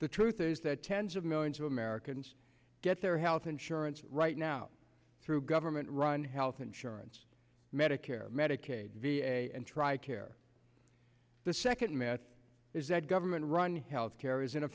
the truth is that tens of millions of americans get their health insurance right now through government run health insurance medicare medicaid v a and tri care the second myth is that government run health care is